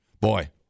Boy